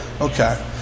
Okay